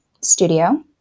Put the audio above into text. studio